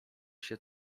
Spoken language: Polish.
się